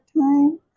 time